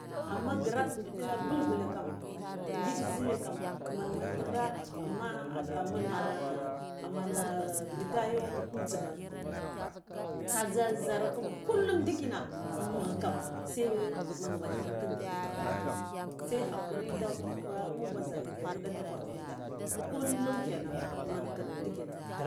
Amma ngirar gul gulekam ngik zhule kam man man thire amma ah amana amana ritayo umtsigan kazha zhara kullum ndikina mugha kam sai men men thire kindo witgha ndikina se hakuri da ɓuɓa zhara biyo wuɗa da kwar kinda kullum kenan men kazha adikina